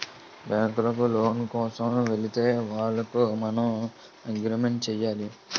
బ్యాంకులకు లోను కోసం వెళితే వాళ్లకు మనం అగ్రిమెంట్ చేయాలి